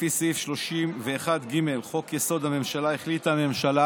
לפי סעיף 31(ג) לחוק-יסוד: הממשלה, החליטה הממשלה